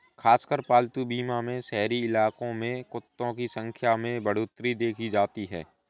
खासकर पालतू बीमा में शहरी इलाकों में कुत्तों की संख्या में बढ़ोत्तरी देखी जाती है